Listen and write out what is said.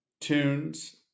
tunes